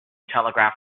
telegraph